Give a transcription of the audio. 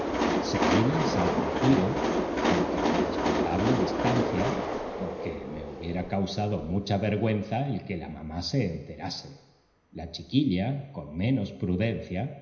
seguiles al retiro aunque a respetable distancia porque me hubiera causado mucha vergüenza el que la mamá se enterase la chiquilla con menos prudencia